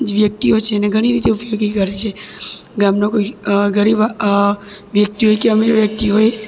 જે વ્યક્તિઓ છે એને ઘણી રીતે ઉપયોગી કરે છે ગામના કોઈ ગરીબ વ્યક્તિ હોય કે અમીર વ્યક્તિ હોય